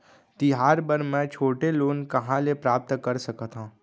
तिहार बर मै छोटे लोन कहाँ ले प्राप्त कर सकत हव?